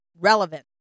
relevant